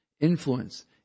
influence